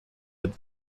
with